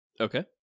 Okay